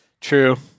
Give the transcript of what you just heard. True